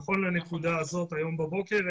נכון לנקודה הזאת היום בבוקר,